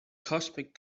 cosmic